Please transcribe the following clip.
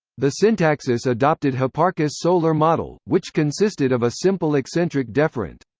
the syntaxis adopted hipparchus' solar model, which consisted of a simple eccentric deferent.